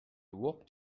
walked